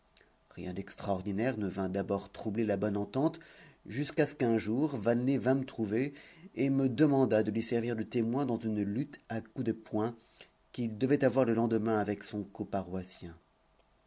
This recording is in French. rien d'extraordinaire ne vint d'abord troubler la bonne entente jusqu'à ce qu'un jour vanelet vînt me trouver et me demandât de lui servir de témoin dans une lutte à coups de poings qu'il devait avoir le lendemain avec son